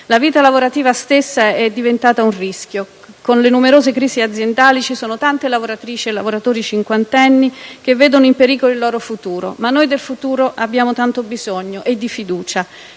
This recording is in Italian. La vita lavorativa stessa è diventata un rischio: con le numerose crisi aziendali ci sono tante lavoratrici e lavoratori cinquantenni che vedono in pericolo il loro futuro. Ma noi del futuro abbiamo tanto bisogno, e di fiducia.